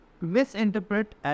misinterpret